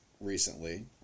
recently